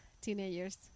teenagers